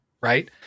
right